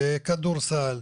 כדורסל,